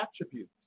attributes